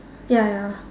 ya ya